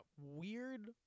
weird